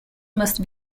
must